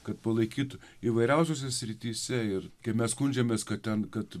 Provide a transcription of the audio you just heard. kad palaikytų įvairiausiose srityse ir kai mes skundžiamės kad ten kad